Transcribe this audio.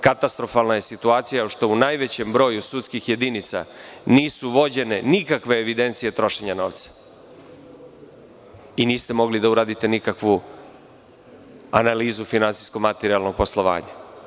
Katastrofalna je situacija što u najvećem broju sudskih jedinica nisu vođene nikakve evidencije trošenja novca i niste mogli da uradite nikakvu analizu finansijsko-materijalnog poslovanja.